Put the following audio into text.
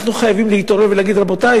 אנחנו חייבים להתעורר ולהגיד: רבותי,